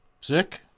Sick